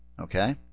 Okay